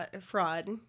fraud